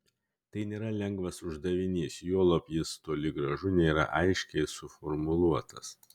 tai nėra lengvas uždavinys juolab jis toli gražu nėra aiškiai suformuluotas